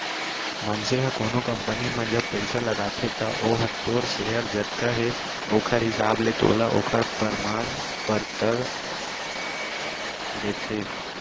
मनसे ह कोनो कंपनी म जब पइसा लगाथे त ओहा तोर सेयर जतका हे ओखर हिसाब ले तोला ओखर परमान पतरक देथे